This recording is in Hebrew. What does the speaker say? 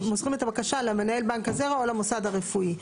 הם מוסרים את הבקשה למנהל בנק הזרע או למוסד הרפואי.